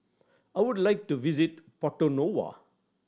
I would like to visit Porto Novo